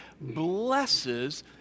blesses